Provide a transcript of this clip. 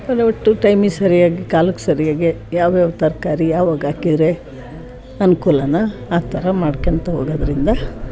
ಅದೇ ಒಟ್ಟು ಟೈಮಿಗೆ ಸರಿಯಾಗಿ ಕಾಲಕ್ಕೆ ಸರಿಯಾಗಿ ಯಾವ್ಯಾವ ತರಕಾರಿ ಯಾವಾಗ ಹಾಕಿದ್ರೆ ಅನ್ಕೂಲನೋ ಆ ಥರ ಮಾಡ್ಕಂತ ಹೋಗೋದ್ರಿಂದ